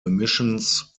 emissions